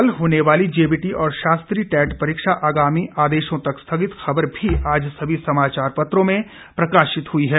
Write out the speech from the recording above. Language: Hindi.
कल होने वाली जेबीटी और शास्त्री टेट परीक्षा आगामी आदेशों तक स्थगित खबर भी आज सभी समाचार पत्रों में प्रकाशित हुई है